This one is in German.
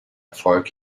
erfolg